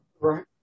Right